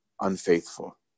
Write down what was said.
unfaithful